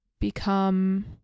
become